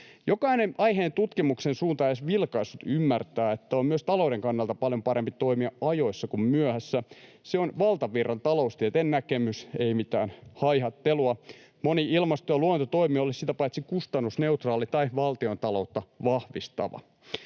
Jokainen aiheen tutkimuksen suuntaan edes vilkaissut ymmärtää, että on myös talouden kannalta paljon parempi toimia ajoissa kuin myöhässä. Se on valtavirran taloustieteen näkemys, ei mitään haihattelua. Moni ilmasto- ja luontotoimi olisi sitä paitsi kustannusneutraali tai valtiontaloutta vahvistava.